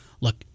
look